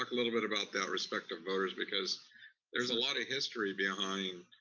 ah little bit about that respect of voters, because there's a lot of history behind